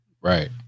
Right